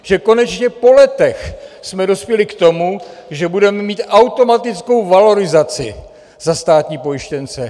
Že konečně po letech jsme dospěli k tomu, že budeme mít automatickou valorizaci za státní pojištěnce.